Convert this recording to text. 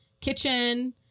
kitchen